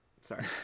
Sorry